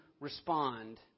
respond